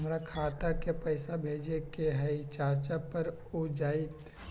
हमरा खाता के पईसा भेजेए के हई चाचा पर ऊ जाएत?